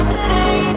City